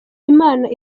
imana